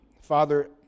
Father